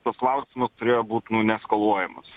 tas klausimas turėjo būt nu neeskaluojamas